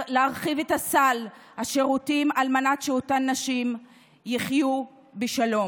להרחיב את סל השירותים על מנת שאותן נשים יחיו בשלום.